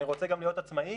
אני רוצה גם להיות עצמאי.